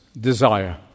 desire